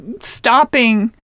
stopping